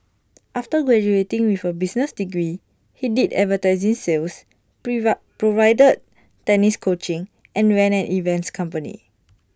after graduating with A business degree he did advertising sales provided tennis coaching and ran an events company